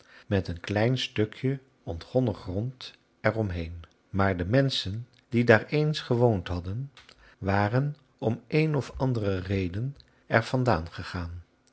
met een klein stukje ontgonnen grond er om heen maar de menschen die daar eens gewoond hadden waren om een of andere reden er vandaan gegaan